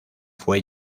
fue